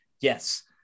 Yes